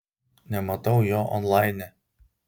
nematau jo onlaine